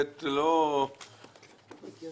משהו